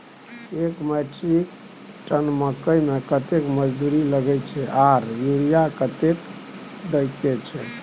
एक metric tonne मकई में कतेक मजदूरी लगे छै आर यूरिया कतेक देके छै?